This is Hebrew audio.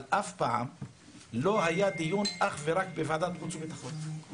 אבל אף פעם לא היה דיון אך ורק בוועדת חוץ וביטחון.